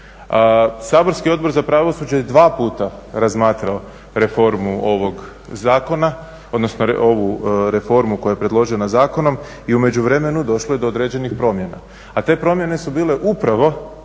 Saborski Odbor za pravosuđe je dva puta razmatrao reformu ovog zakona, odnosno ovu reformu koja je predložena zakonom i u međuvremenu došlo je do određenih promjena, a te promjene su bile upravo,